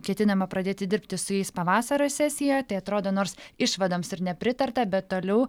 ketinama pradėti dirbti su jais pavasario sesijoje tai atrodo nors išvadoms ir nepritarta bet toliau